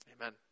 Amen